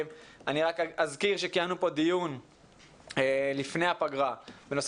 אני רק אזכיר שקיימנו פה לפני הפגרה דיון בנושא